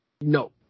No